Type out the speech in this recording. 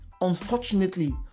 Unfortunately